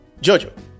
Jojo